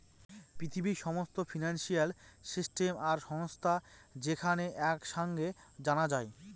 পৃথিবীর সমস্ত financial system আর সংস্থা যেখানে এক সাঙে জানা যায়